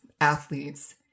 athletes